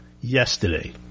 yesterday